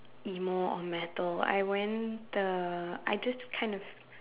emo or metal I went the I just kind of